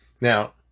Now